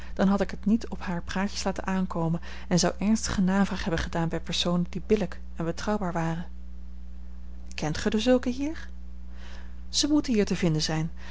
dan had ik het niet op hare praatjes laten aankomen en zou ernstige navraag hebben gedaan bij personen die billijk en betrouwbaar waren kent gij dezulken hier ze moeten hier te vinden zijn